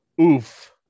Oof